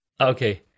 Okay